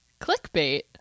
Clickbait